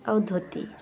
ଆଉ ଧୋତି